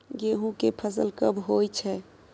गेहूं के फसल कब होय छै?